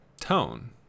tone